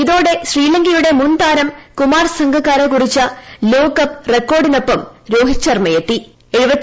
ഇതോടെ ശ്രീലങ്കയുടെമുൻതാരം കുമാർ സംഗകാര കുറിച്ച ലോകകപ്പ് റിക്കോർഡിനൊപ്പം രോഹിത് ശർമ എത്തി